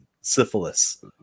syphilis